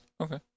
Okay